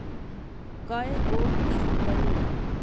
कय गो किस्त बानी?